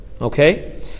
okay